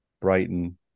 Brighton